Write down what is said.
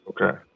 Okay